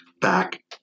back